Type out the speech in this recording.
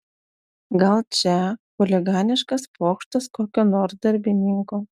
gal čia chuliganiškas pokštas kokio nors darbininko